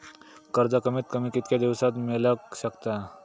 कर्ज कमीत कमी कितक्या दिवसात मेलक शकता?